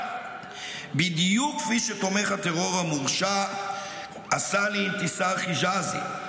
בדיוק כפי שתומך הטרור המורשע עשה לאנתסאר חג'אזי,